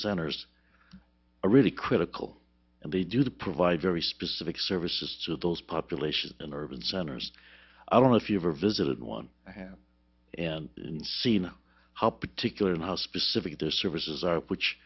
centers a really critical and they do provide very specific services to those populations in urban centers i don't know if you've ever visited one i have and seen how particular and how specific their services are which